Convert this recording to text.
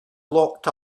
locked